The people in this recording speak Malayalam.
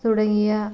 തുടങ്ങിയ